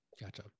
Gotcha